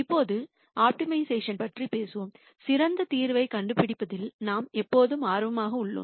இப்போது ஆப்டிமைசேஷன் பற்றி பேசும்போது சிறந்த தீர்வைக் கண்டுபிடிப்பதில் நாம் எப்போதும் ஆர்வமாக உள்ளோம்